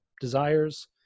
desires